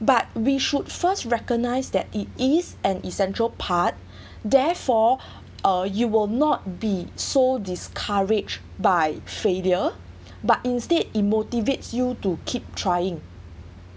but we should first recognise that it is an essential part therefore uh you will not be so discouraged by failure but instead it motivates you to keep trying